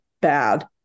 bad